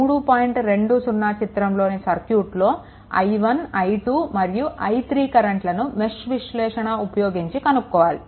20 చిత్రంలోని సర్క్యూట్ లో I1 I2 మరియు I3 కరెంట్లను మెష్ విశ్లేషణ ఉపయోగించి కనుక్కోవాలి